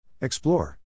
Explore